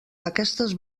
aquestes